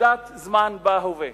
לנקודת זמן בהווה.